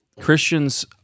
Christians